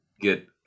get